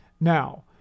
Now